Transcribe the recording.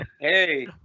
Hey